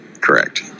Correct